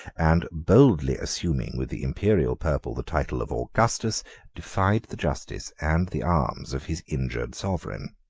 and boldly assuming, with the imperial purple, the title of augustus defied the justice and the arms of his injured sovereign.